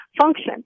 function